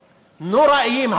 נוראיים.